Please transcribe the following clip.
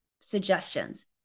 suggestions